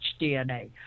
DNA